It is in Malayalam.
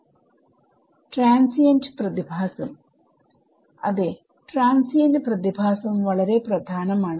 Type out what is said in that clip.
വിദ്യാർത്ഥി ട്രാൻസിഎന്റ് പ്രതിഭാസം അതെ ട്രാൻസിഎന്റ്പ്രതിഭാസം വളരെ പ്രധാനമാണ്